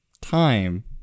time